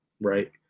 right